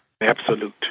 Absolute